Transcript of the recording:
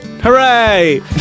Hooray